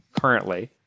currently